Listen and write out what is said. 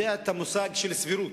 יודע את המושג של סבירות,